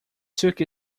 took